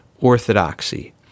orthodoxy